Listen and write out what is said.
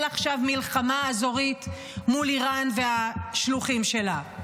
עכשיו מלחמה אזורית מול איראן והשלוחים שלה.